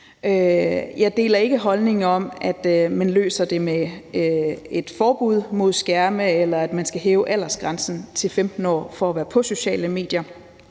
Jeg deler ikke holdningen om, at man løser det med et forbud mod skærme, eller at man skal hæve aldersgrænsen for at være på sociale medier